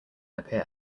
appear